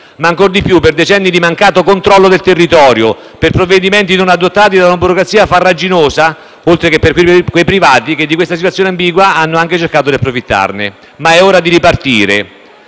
ma ancor di più per decenni di mancato controllo del territorio, per provvedimenti non adottati da una burocrazia farraginosa, oltre che per quei privati che di questa situazione ambigua hanno anche cercato di approfittare. Ma è ora di ripartire.